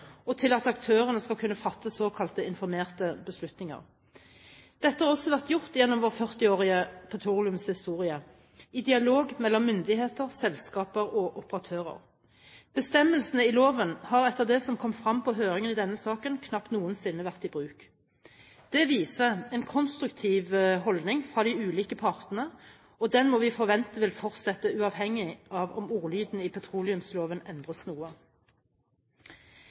og til at aktørene skal kunne fatte såkalte informerte beslutninger. Dette har også vært gjort gjennom vår førtiårige petroleumshistorie i dialog mellom myndigheter, selskaper og operatører. Bestemmelsene i loven har etter det som kom fram på høringen i denne saken, knapt noensinne vært i bruk. Det viser en konstruktiv holdning fra de ulike partene, og den må vi forvente vil fortsette uavhengig av om ordlyden i petroleumsloven endres noe.